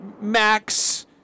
Max